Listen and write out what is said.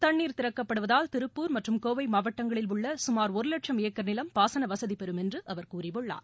தண்ணீர் திறக்கப்படுவதால் திருப்பூர் மற்றும் கோவை மாவட்டங்களில் உள்ள கமார் ஒரு லட்சம் ஏக்கர் நிலம் பாசன வசதிபெறும் என்று அவர் கூறியுள்ளார்